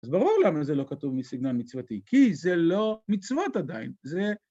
אז ברור למה זה לא כתוב מסגנון מצוותי, כי זה לא מצוות עדיין, זה...